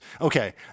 Okay